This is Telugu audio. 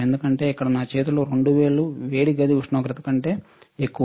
ఎందుకంటే ఇక్కడ నా చేతిలో 2 వేళ్లు వేడి గది ఉష్ణోగ్రత కంటే ఎక్కువ